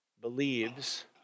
believes